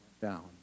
down